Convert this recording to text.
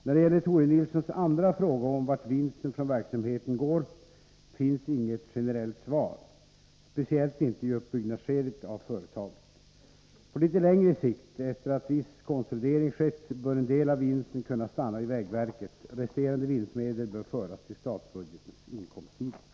När det gäller Tore Nilssons andra fråga om vart vinsten från verksamheten går finns inget generellt svar, speciellt inte i uppbyggnadsskedet av företaget. På litet längre sikt — efter att viss konsolidering skett — bör en del av vinsten kunna stanna i vägverket. Resterande vinstmedel bör föras till statsbudgetens inkomstsida.